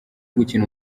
gukina